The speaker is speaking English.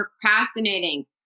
procrastinating